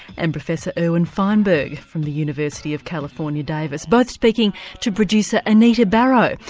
and professor irwin feinberg from the university of california davis, both speaking to producer anita barraud.